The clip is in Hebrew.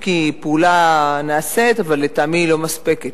אם כי פעולה נעשית אבל לטעמי היא לא מספקת,